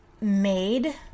made